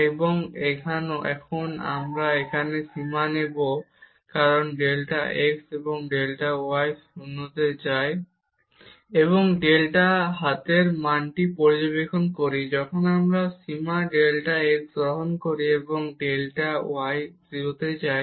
এবং এখন আমরা এখানে সীমা নেব কারণ ডেল্টা x এবং ডেল্টা y 0 তে যায় এবং ডেল্ট হাতের মানটি পর্যবেক্ষণ করি যখন আমরা সীমা ডেল্টা x গ্রহণ করি এবং ডেল্টা y 0 তে যায়